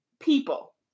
people